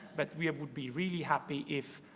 but we would be really happy if,